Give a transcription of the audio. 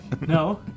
No